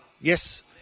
Yes